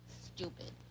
Stupid